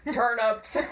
turnips